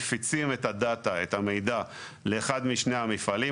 מפיצים את המידע לאחד משני המפעלים,